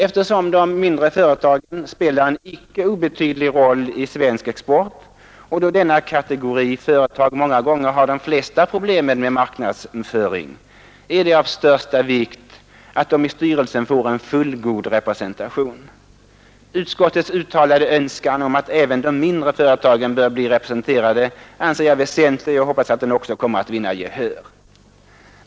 Eftersom de mindre företagen spelar en icke obetydlig roll i svensk export och då denna kategori företag många gånger har de flesta problemen med marknadsföring, är det av största vikt att de i styrelsen får en fullgod representation. Utskottets uttalade önskan om att även de mindre företagen blir representerade anser jag väsentlig, och jag hoppas att den också kommer att vinna gehör.